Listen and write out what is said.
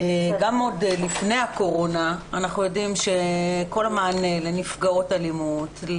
גם עוד לפני הקורונה אנחנו עדים שכל המענה לנפגעות אלימות,